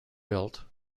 built